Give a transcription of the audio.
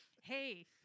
Hey